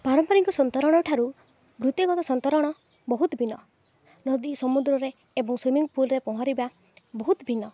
ପାରମ୍ପରିକ ସନ୍ତରଣ ଠାରୁ ବୃତ୍ତିଗତ ସନ୍ତରଣ ବହୁତ ଭିନ୍ନ ନଦୀ ସମୁଦ୍ରରେ ଏବଂ ସୁମିଂ ପୁଲ୍ରେ ପହଁରିବା ବହୁତ ଭିନ୍ନ